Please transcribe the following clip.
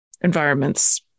environments